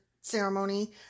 ceremony